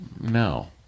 no